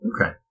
Okay